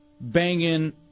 banging